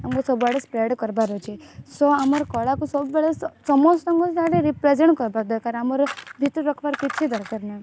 ଆମକୁ ସବୁଆଡ଼େ ସ୍ପ୍ରେଡ଼୍ କରିବାର ଅଛି ସୋ ଆମର କଳାକୁ ସବୁବେଳେ ସମସ୍ତଙ୍କ ରିପ୍ରେଜେଣ୍ଟ କରିବା ଦରକାର ଆମର ଭିତରେ ରଖିବାର କିଛି ଦରକାର ନାହିଁ